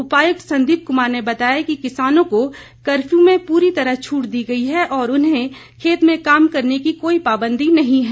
उपायुक्त संदीप कुमार ने बताया कि किसानों को कर्फ्यू में पूरी तरह छूट दी गई है और उन्हें खेत में काम करने की कोई पाबंदी नहीं है